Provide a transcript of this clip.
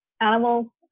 animal